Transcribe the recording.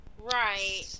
Right